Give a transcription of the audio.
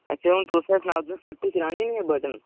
अच्छा हून तुसै सनाओ तुस फट्टी चरानी जां बटन